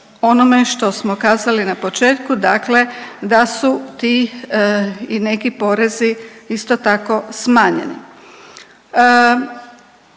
onome što smo kazali na početku dakle da su ti i neki porezi isto tako smanjeni.